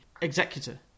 executor